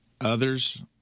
Others